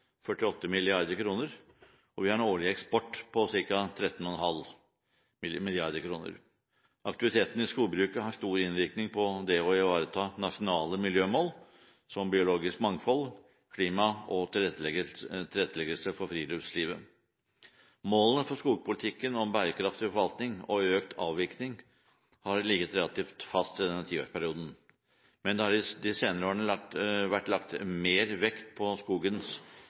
48 mrd. kr, og vi har en årlig eksport på ca. 13,5 mrd. kr. Aktiviteten i skogbruket har stor innvirkning på det å ivareta nasjonale miljømål som biologisk mangfold, klimaet og tilretteleggelse for friluftslivet. Målene for skogpolitikken, bærekraftig forvaltning og økt avvirkning, har ligget relativt fast i denne tiårsperioden, men det har i de senere årene vært lagt mer vekt på